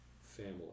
family